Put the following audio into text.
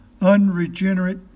unregenerate